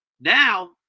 now